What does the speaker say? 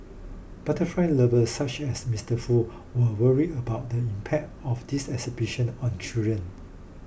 butterfly lovers such as Mister Foo were worried about the impact of this exhibition on children